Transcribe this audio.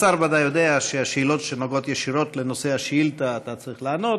השר ודאי יודע שעל שאלות שנוגעות ישירות לנושא השאילתה אתה צריך לענות,